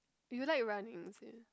you like running is it